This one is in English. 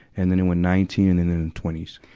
and then it went nineteen and then in twenty s.